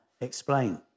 explain